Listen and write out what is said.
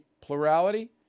plurality